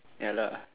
ya lah